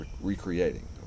recreating